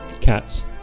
Cats